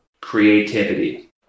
creativity